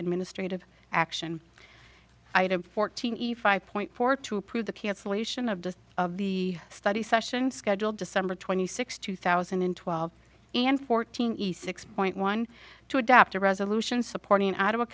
administrate of action item fortini five point four to approve the cancellation of the of the study session scheduled december twenty sixth two thousand and twelve and fourteen six point one two adopt a resolution supporting out of a